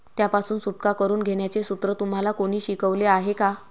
त्यापासून सुटका करून घेण्याचे सूत्र तुम्हाला कोणी शिकवले आहे का?